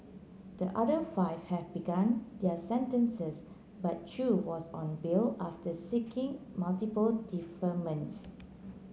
the other five have begun their sentences but Chew was on bail after seeking multiple deferments